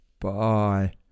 Bye